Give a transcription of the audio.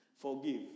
Forgive